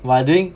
!wah! during